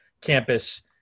campus